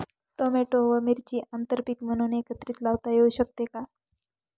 Tomato व मिरची आंतरपीक म्हणून एकत्रित लावता येऊ शकते का?